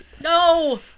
no